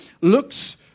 looks